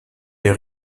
les